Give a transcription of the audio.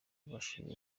bashima